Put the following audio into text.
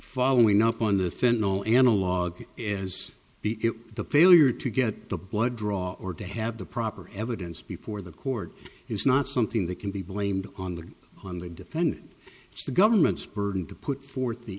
following up on the fent no analog is the the failure to get the blood draw or to have the proper evidence before the court is not something that can be blamed on the on the defendant it's the government's burden to put forth the